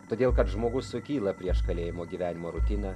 todėl kad žmogus sukyla prieš kalėjimo gyvenimo rutiną